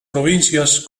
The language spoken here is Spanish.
provincias